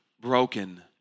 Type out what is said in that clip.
broken